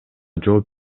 жооп